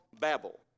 Babel